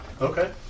Okay